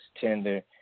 tender